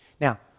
Now